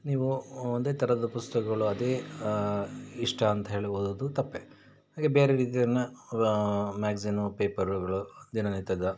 ನೀವು ಒಂದೇ ಥರದ ಪುಸ್ತಕಗಳು ಅದೇ ಇಷ್ಟ ಅಂತ ಹೇಳಿ ಓದೋದು ತಪ್ಪೇ ಹಾಗೇ ಬೇರೆ ರೀತಿಯನ್ನು ಮ್ಯಾಗ್ಜೀನು ಪೇಪರ್ಗಳು ದಿನನಿತ್ಯದ